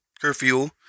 curfew